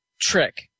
trick